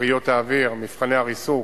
כריות האוויר, מבחני הריסוק